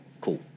Cool